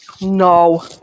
No